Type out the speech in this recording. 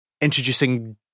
introducing